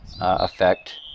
effect